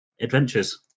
adventures